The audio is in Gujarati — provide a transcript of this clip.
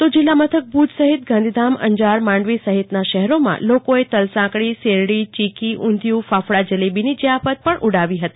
તો જીલ્લા મથક ભુજ સહીત ગાંધીધામ અંજાર માંડવી સહિતના શહેરોમાં લોકોએ તલ સાંકડી શરદી ચીકી ઊંઘિયું અને ફાફડા જલેબી ની જયાફત ઉડાવી હતી